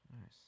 Nice